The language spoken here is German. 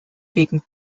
wegen